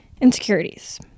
insecurities